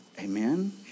amen